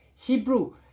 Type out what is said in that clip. Hebrew